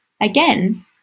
Again